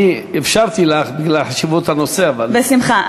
אני אפשרתי לך בגלל חשיבות הנושא, אבל, בשמחה.